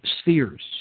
spheres